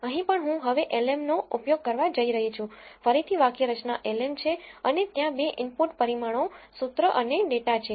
અહીં પણ હું હવે lm નો ઉપયોગ કરવા જઈ રહી છું ફરીથી વાક્યરચના l m છે અને ત્યાં 2 ઇનપુટ પરિમાણો સૂત્ર અને ડેટા છે